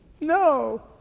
No